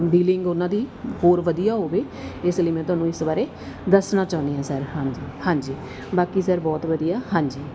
dealing ਉਹਨਾਂ ਦੀ ਹੋਰ ਵਧੀਆ ਹੋਵੇ ਇਸ ਲਈ ਮੈਂ ਤੁਹਾਨੂੰ ਇਸ ਬਾਰੇ ਦੱਸਣਾ ਚਾਹੁੰਦੀ ਹਾਂ ਸਰ ਹਾਂਜੀ ਹਾਂਜੀ ਬਾਕੀ ਸਰ ਬਹੁਤ ਵਧੀਆ ਹਾਂਜੀ